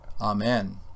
Amen